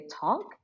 talk